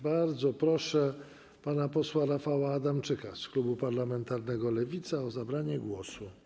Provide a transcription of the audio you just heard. Bardzo proszę pana posła Rafała Adamczyka z Klubu Parlamentarnego Lewica o zabranie głosu.